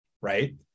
right